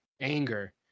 anger